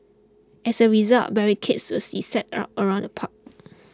as a result barricades will be set up around the park